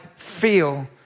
feel